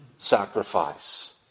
Sacrifice